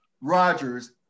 Rodgers